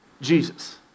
Jesus